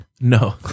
No